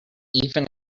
even